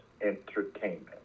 entertainment